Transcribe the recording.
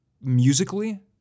musically